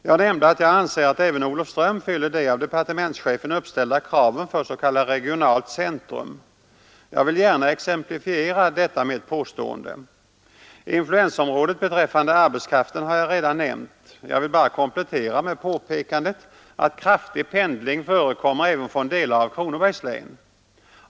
Jag nämnde att jag anser att även Olofström fyller de av departementschefen uppställda kraven för s.k. regionalt centrum. Jag vill gärna exemplifiera detta mitt påstående. Influensområdet beträffande arbetskraften har jag redan nämnt. Jag vill bara komplettera med påpekandet att omfattande pendling förekommer även från delar av Kronobergs län.